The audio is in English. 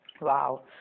wow